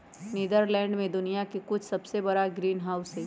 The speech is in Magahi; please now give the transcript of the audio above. नीदरलैंड में दुनिया के कुछ सबसे बड़ा ग्रीनहाउस हई